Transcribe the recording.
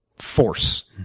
force,